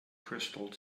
crystal